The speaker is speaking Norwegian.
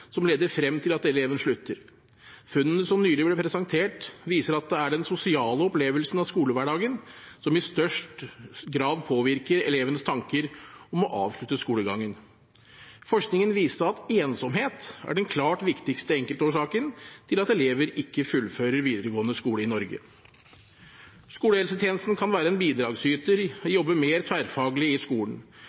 som leder frem til at elever slutter. Funnene som nylig ble presentert, viser at det er den sosiale opplevelsen av skolehverdagen som i størst grad påvirker elevers tanker om å avslutte skolegangen. Forskningen viste at ensomhet er den klart viktigste enkeltårsaken til at elever ikke fullfører videregående skole i Norge. Skolehelsetjenesten kan være en bidragsyter til å jobbe mer tverrfaglig i skolen,